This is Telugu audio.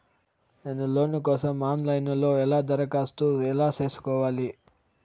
నేను లోను కోసం ఆన్ లైను లో ఎలా దరఖాస్తు ఎలా సేసుకోవాలి?